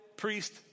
Priest